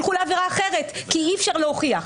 ילכו לעבירה אחרת כי אי אפשר להוכיח.